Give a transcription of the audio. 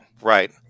Right